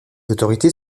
autorités